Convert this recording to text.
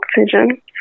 oxygen